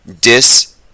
dis